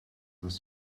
this